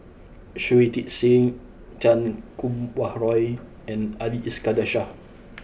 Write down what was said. Shui Tit Sing Chan Kum Wah Roy and Ali Iskandar Shah